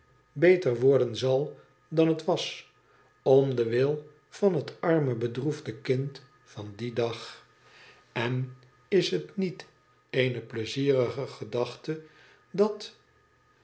beter worden zal dan het was om den wil van het arme bedroefde kmd van dien dag en is het niet eene pleizierige gedachte dat